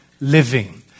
living